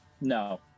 No